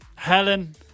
Helen